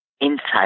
inside